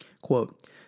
quote